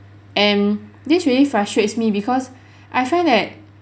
and this really frustrates me because I find that